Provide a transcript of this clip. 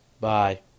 Bye